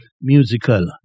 musical